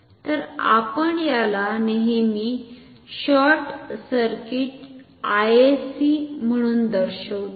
तर आपण याला नेहमी शॉर्ट सर्किट Isc म्हणून दर्शवितो